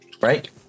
right